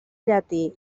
llatí